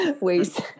Ways